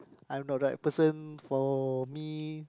I am not right person for me